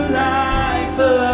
life